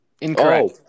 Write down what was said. Incorrect